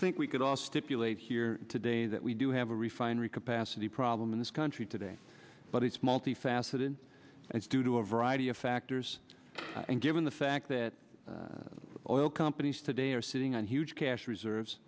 think we could all stipulate here today that we do have a refinery capacity problem in this country today but it's multifaceted it's due to a variety of factors and given the fact that oil companies today are sitting on huge cash reserves